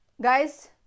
guys